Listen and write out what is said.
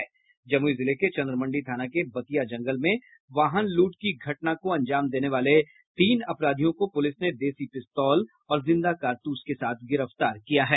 जमुई जिले के चंद्रमंडी थाना के बतिया जंगल में वाहन लूट की घटना को अंजाम देने वाले तीन अपराधियों को पुलिस ने देशी पिस्तौल और जिन्दा कारतूस के साथ गिरफ्तार किया है